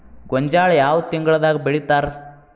ಗೋಂಜಾಳ ಯಾವ ತಿಂಗಳದಾಗ್ ಬೆಳಿತಾರ?